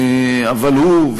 אבל הוא,